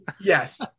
Yes